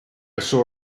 saw